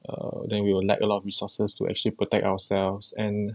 err then we will lack a lot of resources to actually protect ourselves and